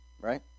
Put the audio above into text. Right